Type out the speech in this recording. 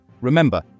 Remember